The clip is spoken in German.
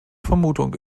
vermutung